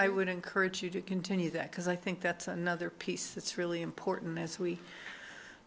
i would encourage you to continue that because i think that's another piece that's really important as we